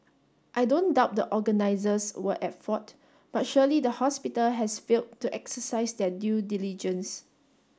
I don't doubt the organisers were at fault but surely the hospital has failed to exercise their due diligence